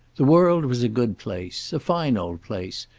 the world was a good place. a fine old place.